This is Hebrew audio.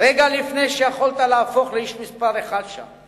רגע לפני שיכולת להפוך לאיש מספר אחת שם.